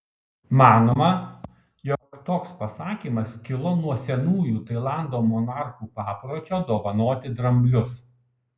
manoma jog toks pasakymas kilo nuo senųjų tailando monarchų papročio dovanoti dramblius